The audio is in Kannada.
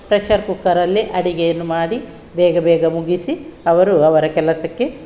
ಪ್ರೆಷರ್ ಕುಕ್ಕರಲ್ಲೆ ಅಡಿಗೆಯನ್ನು ಮಾಡಿ ಬೇಗ ಬೇಗ ಮುಗಿಸಿ ಅವರು ಅವರ ಕೆಲಸಕ್ಕೆ